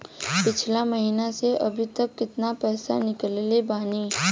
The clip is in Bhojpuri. पिछला महीना से अभीतक केतना पैसा ईकलले बानी?